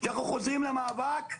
שאנחנו חוזרים למאבק,